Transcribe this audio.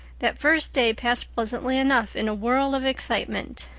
that first day passed pleasantly enough in a whirl of excitement,